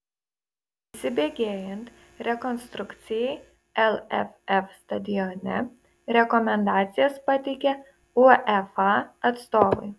įsibėgėjant rekonstrukcijai lff stadione rekomendacijas pateikė uefa atstovai